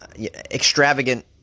extravagant